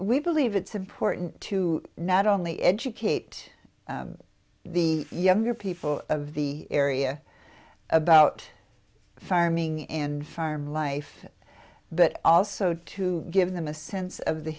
we believe it's important to not only educate the younger people of the area about farming and farm life but also to give them a sense of the